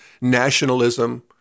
nationalism